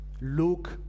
Look